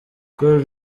col